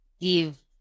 give